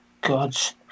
Gods